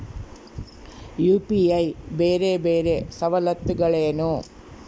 UPI ಬೇರೆ ಬೇರೆ ಸವಲತ್ತುಗಳೇನು?